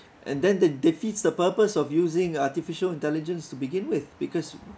and then that defeats the purpose of using artificial intelligence to begin with because